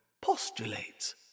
postulates